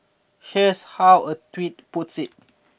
here's how a tweet puts it